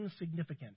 insignificant